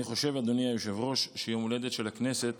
אני חושב, אדוני היושב-ראש, שיום ההולדת של הכנסת